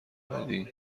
محمدی